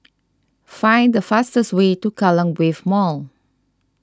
find the fastest way to Kallang Wave Mall